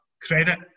credit